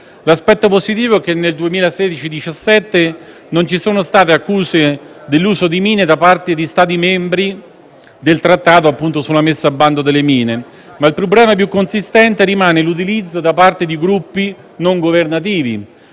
L'aspetto positivo è che nel 2016-2017 non ci sono state accuse dell'uso di mine da parte di Stati aderenti al trattato sulla loro messa al bando. Il problema più consistente, però, rimane l'utilizzo da parte di gruppi non governativi